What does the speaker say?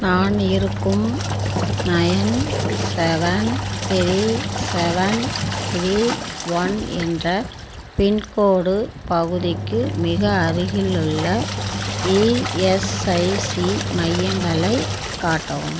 நான் இருக்கும் nine seven three seven three one என்ற பின்கோடு பகுதிக்கு மிக அருகிலுள்ள இஎஸ்ஐசி மையங்களைக் காட்டவும்